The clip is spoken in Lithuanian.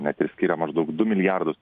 net ir skiria maždaug du milijardus